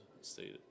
stated